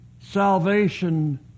salvation